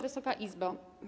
Wysoka Izbo!